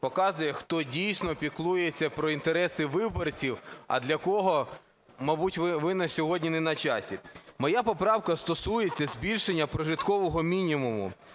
показує, хто дійсно піклується про інтереси виборців, а для кого, мабуть, ви на сьогодні не на часі. Моя поправка стосується збільшення прожиткового мінімуму,